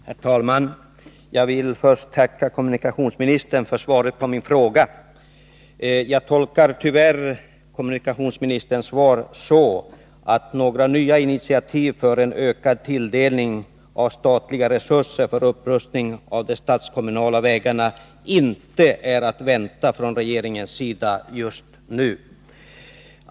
Herr talman! Jag vill först tacka kommunikationsministern för svaret på min fråga. Jag tolkar tyvärr kommunikationsministerns svar så, att några nya initiativ för en ökad tilldelning av statliga resurser för upprustning av de statskommunala vägarna inte är att vänta från regeringens sida just nu.